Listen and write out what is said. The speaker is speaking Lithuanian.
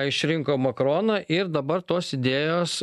išrinko makroną ir dabar tos idėjos